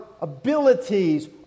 abilities